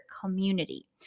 Community